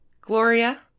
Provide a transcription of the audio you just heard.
Gloria